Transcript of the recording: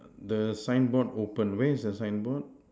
the sign board open where is the sign board